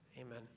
amen